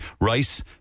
rice